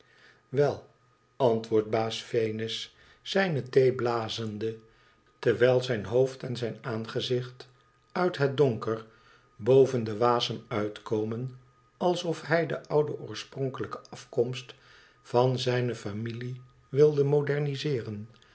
wel antwoordt baas venus zijne thee blazende terwijl zijn hoofd en zijn aangezicht uit het donker boven den wasem uitkomen alsof hij de oude oorspronkelijke afkomst van zijne familie wilde